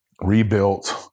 rebuilt